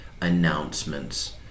announcements